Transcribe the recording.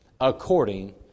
according